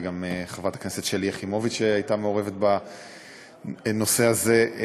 וגם חברת הכנסת שלי יחימוביץ הייתה מעורבת בנושא הזה.